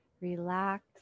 relax